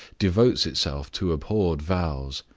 devotes itself to abhorred vows,